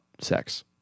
sex